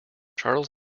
charles